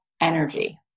energy